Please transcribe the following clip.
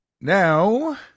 Now